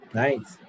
nice